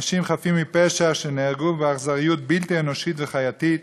אנשים חפים מפשע שנהרגו באכזריות בלתי אנושית וחייתית,